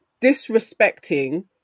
disrespecting